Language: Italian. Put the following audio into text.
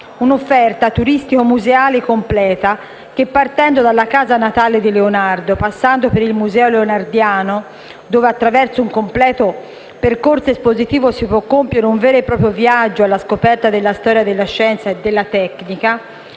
un'offerta turistico-museale completa che, partendo dalla Casa natale di Leonardo, passando per il Museo leonardiano, dove attraverso un completo percorso espositivo si può compiere un vero e proprio viaggio alla scoperta della storia, della scienza e della tecnica